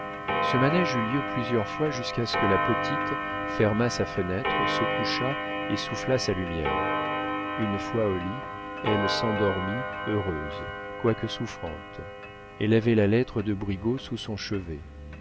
ce manége eut lieu plusieurs fois jusqu'à ce que la petite fermât sa fenêtre se couchât et soufflât sa lumière une fois au lit elle s'endormit heureuse quoique souffrante elle avait la lettre de brigaut sous son chevet